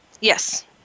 Yes